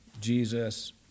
Jesus